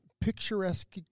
picturesque